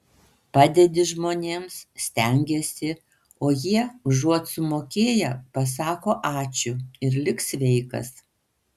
padedi žmonėms stengiesi o jie užuot sumokėję pasako ačiū ir lik sveikas